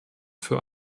für